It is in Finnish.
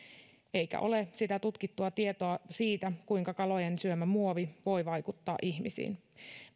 eikä ole sitä tutkittua tietoa siitä kuinka kalojen syömä muovi voi vaikuttaa ihmisiin